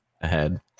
ahead